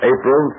April